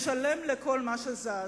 משלם לכל מה שזז,